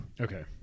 Okay